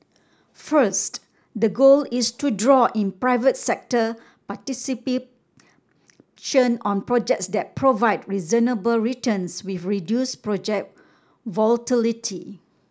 first the goal is to draw in private sector participation on projects that provide reasonable returns with reduced project volatility